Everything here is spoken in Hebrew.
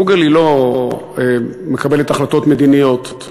"גוגל" לא מקבלת החלטות מדיניות,